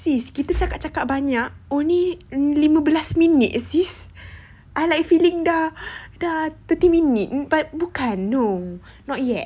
sis kita cakap-cakap banyak only lima belas minute sis I like feeling dah dah thirty minute but bukan no not yet